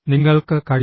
നിങ്ങൾക്ക് കഴിയും